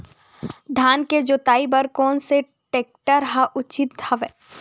धान के जोताई बर कोन से टेक्टर ह उचित हवय?